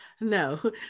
No